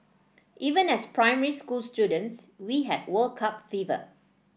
even as primary school students we had World Cup fever